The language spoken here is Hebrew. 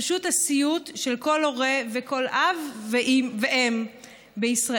זה פשוט הסיוט של כל הורה, כל אב ואם בישראל.